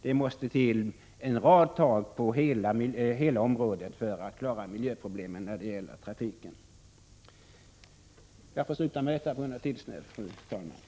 Det måste till en rad åtgärder på hela området för att klara miljöproblemen i samband med trafiken. På grund av tidsnöd får jag avsluta med detta.